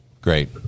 Great